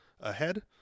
ahead